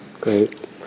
great